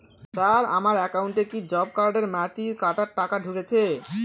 Sir আমার একাউন্টে কি জব কার্ডের মাটি কাটার টাকা ঢুকেছে?